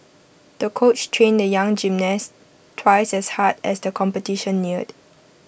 the coach trained the young gymnast twice as hard as the competition neared